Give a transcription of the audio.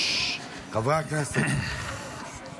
אני מזמין את חבר הכנסת עמית הלוי להציג את הצעת החוק.